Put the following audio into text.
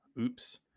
Oops